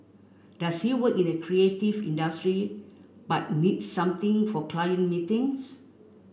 does he work in a creative industry but needs something for client meetings